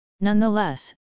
Nonetheless